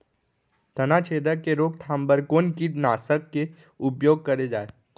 तनाछेदक के रोकथाम बर कोन कीटनाशक के उपयोग करे जाये?